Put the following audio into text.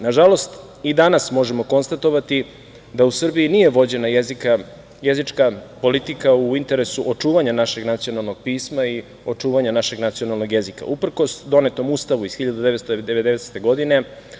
Nažalost i danas možemo konstatovati da u Srbiji nije vođena jezička politika u interesu očuvanja našeg nacionalnog pisma i očuvanja našeg nacionalnog jezika, uprkos donetom Ustavu iz 1990. godine.